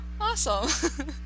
awesome